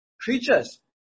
creatures